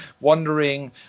wondering